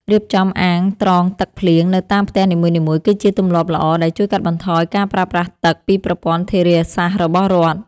រៀបចំអាងត្រងទឹកភ្លៀងនៅតាមផ្ទះនីមួយៗគឺជាទម្លាប់ល្អដែលជួយកាត់បន្ថយការប្រើប្រាស់ទឹកពីប្រព័ន្ធធារាសាស្ត្ររបស់រដ្ឋ។